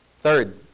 Third